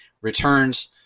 returns